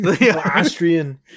Austrian